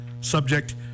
subject